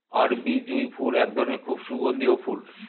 আরবি জুঁই ফুল এক ধরনের খুব সুগন্ধিও ফুল